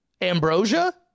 Ambrosia